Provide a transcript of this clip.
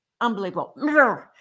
Unbelievable